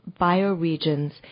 bioregions